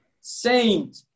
Saint